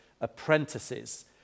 apprentices